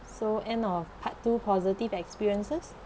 so end of part two positive experiences